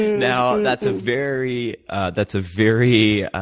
now and that's a very that's a very